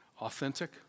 Authentic